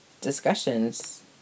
discussions